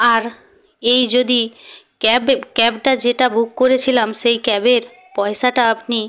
আর এই যদি ক্যাবে ক্যাবটা যেটা বুক করেছিলাম সেই ক্যাবের পয়সাটা আপনি